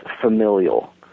familial